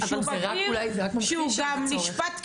וכשהוא בגיר, שהוא גם נשפט כבגיר.